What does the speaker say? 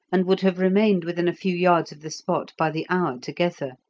and would have remained within a few yards of the spot by the hour together.